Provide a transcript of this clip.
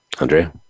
Andrea